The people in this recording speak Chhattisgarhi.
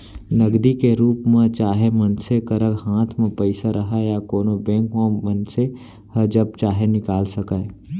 नगदी के रूप म चाहे मनसे करा हाथ म पइसा रहय या कोनों बेंक म मनसे ह जब चाहे निकाल सकय